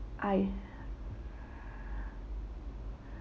I